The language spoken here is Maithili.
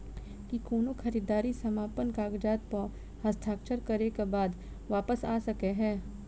की कोनो खरीददारी समापन कागजात प हस्ताक्षर करे केँ बाद वापस आ सकै है?